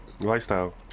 lifestyle